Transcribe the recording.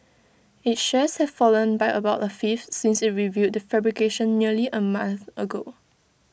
its shares have fallen by about A fifth since IT revealed the fabrication nearly A month ago